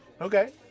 Okay